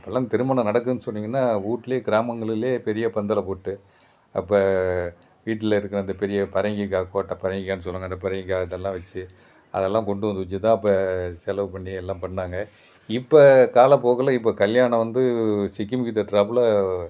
இப்பெலாம் திருமணம் நடக்குதுனு சொன்னிங்கனால் வீட்லே கிராமங்களிலே பெரிய பந்தலை போட்டு அப்போ வீட்டில் இருக்கிற அந்த பெரிய பரங்கிக்காய் கோட்டை பரங்கிக்காய்னு சொல்லுவாங்க அந்த பரங்கிக்காய் இதெல்லாம் வச்ஸ் அதெல்லாம் கொண்டு வந்து வச்சு தான் அப்போ செலவு பண்ணி எல்லாம் பண்ணாங்க இப்போ காலப்போக்கில் இப்போ கல்யாணம் வந்து சிக்கி முக்கி தட்டுகிறாப்புல